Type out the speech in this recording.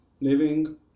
living